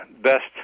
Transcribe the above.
best